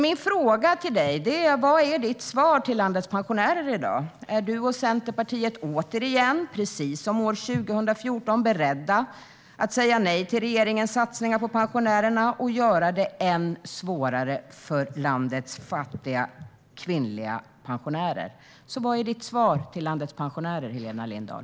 Min fråga är: Vad är ditt svar till landets pensionärer i dag? Är du och Centerpartiet återigen, precis som 2014, beredda att säga nej till regeringens satsningar på pensionärerna och göra det än svårare för landets fattiga, kvinnliga pensionärer? Var är ditt svar till landets pensionärer, Helena Lindahl?